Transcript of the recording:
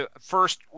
first